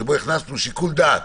שבו הכנסנו שיקול דעת